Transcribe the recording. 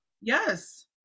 yes